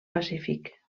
pacífic